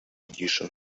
edition